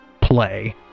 play